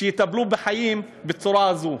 שיטפלו בבעלי-חיים בצורה הזאת.